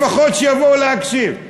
לפחות שיבואו להקשיב.